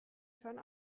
schon